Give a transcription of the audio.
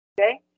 Okay